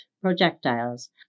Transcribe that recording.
projectiles